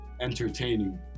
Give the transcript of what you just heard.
entertaining